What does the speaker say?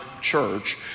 church